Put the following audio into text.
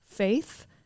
Faith